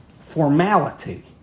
formality